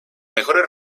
mejores